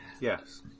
Yes